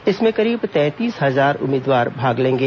इसमें करीब तैंतीस हजार उम्मीदवार भाग लेंगे